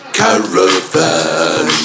Caravan